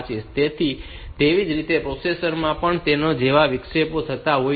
તેથી તે જ રીતે પ્રોસેસર માં પણ તેના જેવા વિક્ષેપો થતા હોય છે